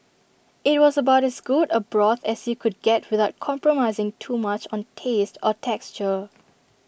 IT was about as good A broth as you could get without compromising too much on taste or texture